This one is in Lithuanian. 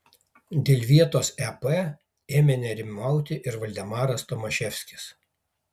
dėl vietos ep ėmė nerimauti ir valdemaras tomaševskis